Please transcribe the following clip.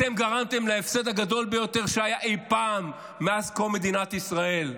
אתם גרמתם להפסד הגדול ביותר שהיה אי פעם מאז קום מדינת ישראל,